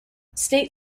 state